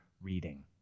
reading